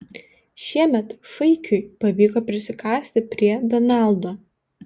šiemet šaikui pavyko prisikasti prie donaldo